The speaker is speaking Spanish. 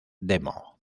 demo